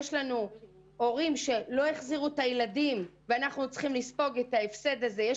יש הורים שלא החזירו את הילדים ואנחנו צריכים לספוג את ההפסד הזה,